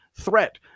threat